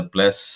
Plus